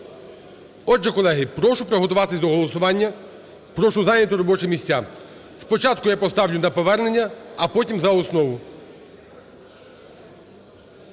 Отже, колеги, прошу приготуватись до голосування, прошу зайняти робочі місця. Спочатку я поставлю на повернення, а потім за основу.